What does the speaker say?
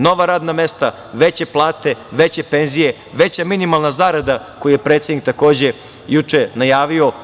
Nova radna mesta, veće plate, veće penzije, veća minimalna zarada koju je predsednik, takođe, juče najavio.